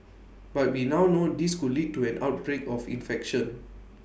but we now know this could lead to an outbreak of infection